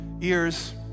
ears